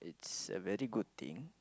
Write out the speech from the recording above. it's a very good thing